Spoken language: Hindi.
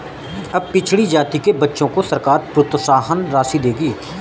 अब पिछड़ी जाति के बच्चों को सरकार प्रोत्साहन राशि देगी